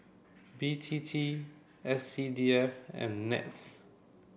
B T T S C D F and NETS